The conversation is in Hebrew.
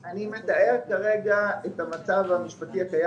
אני מתאר כרגע את המצב המשפטי הקיים.